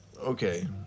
Okay